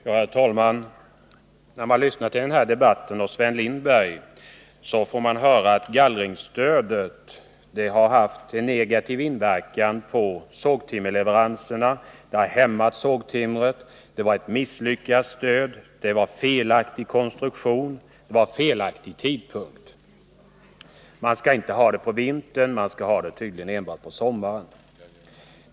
Herr talman! När man lyssnar till denna debatt och då framför allt till Sven Lindberg får man höra att gallringsstödet har haft en negativ effekt på sågtimmerleveranserna, att det har hämmat sågtimmeravverkningen, att det var ett misslyckat stöd, att det var felaktigt i sin konstruktion och att det infördes vid en felaktig tidpunkt. Det skall dessutom inte utgå på vintern utan tydligen enbart på sommaren.